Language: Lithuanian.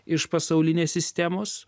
iš pasaulinės sistemos